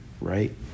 right